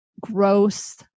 gross